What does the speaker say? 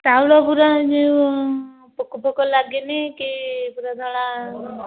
ଚାଉଳ ପୁରା ଯୋଉ ପୋକ ଫୋକ ଲାଗିନି କି ପୁରା ଧଳା